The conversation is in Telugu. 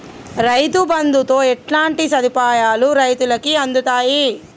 రైతు బంధుతో ఎట్లాంటి సదుపాయాలు రైతులకి అందుతయి?